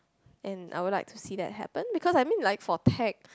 and I would like to see that happen because I mean like for tech